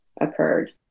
occurred